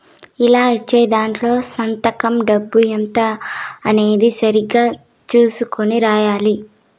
ఇలా ఇచ్చే దాంట్లో సంతకం డబ్బు ఎంత అనేది సరిగ్గా చుసుకొని రాయాలి